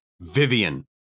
Vivian